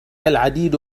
العديد